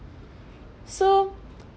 so